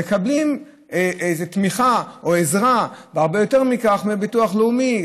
הם מקבלים תמיכה או עזרה והרבה יותר מכך מהביטוח הלאומי.